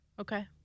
Okay